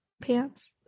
pants